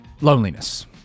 loneliness